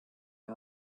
her